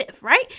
right